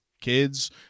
kids